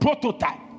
prototype